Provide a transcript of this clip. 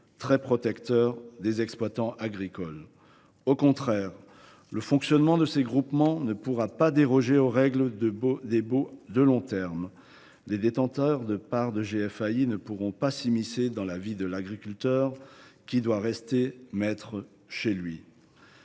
la commission des finances. Au contraire, le fonctionnement de ces groupements ne dérogera pas aux règles des baux de long terme. Les détenteurs de parts de GFAI ne pourront pas s’immiscer dans la vie de l’agriculteur, qui doit rester maître chez lui.